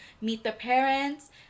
meet-the-parents